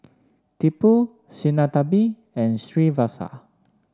Tipu Sinnathamby and Srinivasa